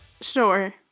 Sure